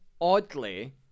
oddly